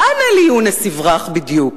לאן אלי יונס יברח בדיוק?